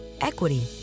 equity